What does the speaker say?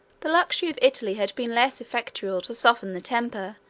the luxury of italy had been less effectual to soften the temper,